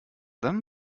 them